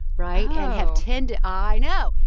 right? oh and have tended i know.